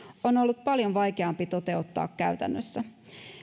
on on ollut paljon vaikeampi toteuttaa käytännössä